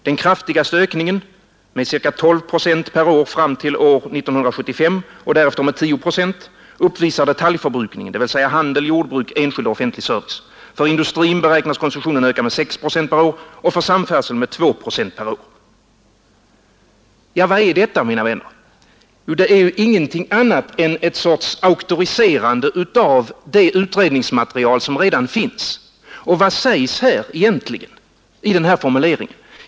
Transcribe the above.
Den kraftigaste ökningen — med ca 12 6 per år fram till år 1975 och därefter med 107 — uppvisar detaljförbrukningen, dvs. handel, jordbruk, enskild och offentlig service. För industrin beräknas konsumtionen öka med 6 96 per år och för samfärdseln med 2 Z per år.” Vad är detta, mina vänner? Jo, ingenting annat än en sorts auktoriserande av det utredningsmaterial som redan finns. Och vad sägs egentligen i denna formulering?